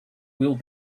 will